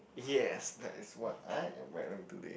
yes that is what I am wearing today